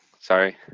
Sorry